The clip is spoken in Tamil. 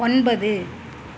ஒன்பது